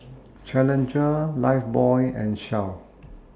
Challenger Lifebuoy and Shell